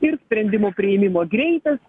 ir sprendimų priėmimo greitis